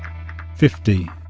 fifty